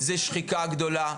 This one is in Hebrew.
קודם אמרת,